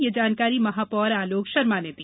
यह जानकारी महापौर अलोक शर्मा ने दी